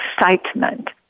Excitement